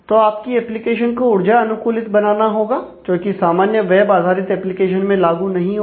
तो आपकी एप्लीकेशन को ऊर्जा अनुकूलित बनाना होगा जो कि सामान्य वेब आधारित एप्लीकेशन में लागू नहीं होता